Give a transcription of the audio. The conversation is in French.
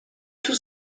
tout